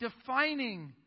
defining